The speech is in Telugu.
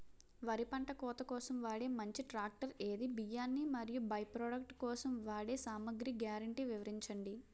వరి పంట కోత కోసం వాడే మంచి ట్రాక్టర్ ఏది? బియ్యాన్ని మరియు బై ప్రొడక్ట్ కోసం వాడే సామాగ్రి గ్యారంటీ వివరించండి?